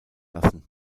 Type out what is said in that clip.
lassen